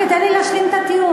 זהבה, רגע, תן לי להשלים את הטיעון.